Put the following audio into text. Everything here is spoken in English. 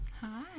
Hi